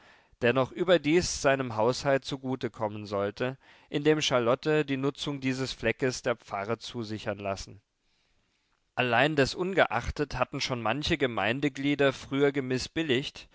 der noch überdies seinem haushalt zugute kommen sollte indem charlotte die nutzung dieses fleckes der pfarre zusichern lassen allein desungeachtet hatten schon manche gemeindeglieder früher gemißbilligt